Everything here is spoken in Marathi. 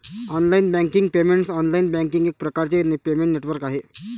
online banking payments online banking एक प्रकारचे पेमेंट नेटवर्क आहे